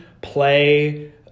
play